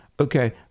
Okay